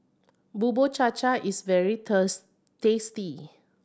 Bubur Cha Cha is very tasty